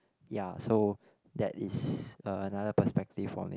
ya so that is another perspective on it